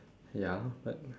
ya but